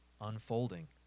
unfolding